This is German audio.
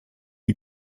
die